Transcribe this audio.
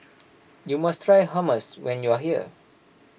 you must try Hummus when you are here